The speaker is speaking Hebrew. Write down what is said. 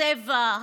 הצבע,